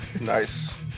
Nice